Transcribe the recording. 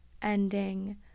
ending